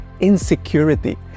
insecurity